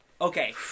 okay